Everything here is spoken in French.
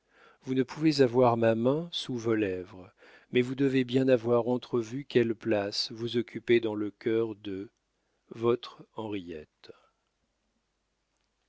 vous ne pouvez avoir ma main sous vos lèvres mais vous devez bien avoir entrevu quelle place vous occupez dans le cœur de votre henriette